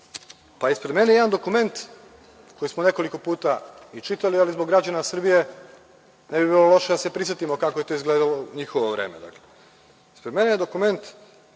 zemlji? Ispred mene imam dokument koji smo nekoliko puta i čitali, ali zbog građana Srbije ne bi bilo loše da se prisetimo kako je to izgledalo u njihovo vreme. Ispred mene je dokument